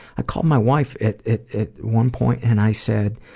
i called my wife at one point and i said,